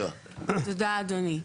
תודה אדוני.